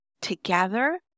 together